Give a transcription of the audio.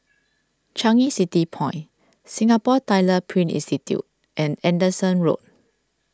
Changi City Point Singapore Tyler Print Institute and Anderson Road